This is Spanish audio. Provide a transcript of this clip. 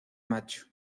macho